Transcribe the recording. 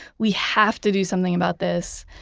we have to do something about this,